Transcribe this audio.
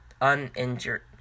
uninjured